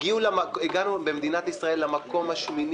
ממשלות